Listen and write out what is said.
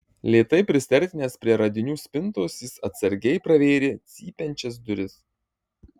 lėtai prisiartinęs prie radinių spintos jis atsargiai pravėrė cypiančias duris